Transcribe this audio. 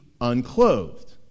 unclothed